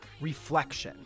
Reflection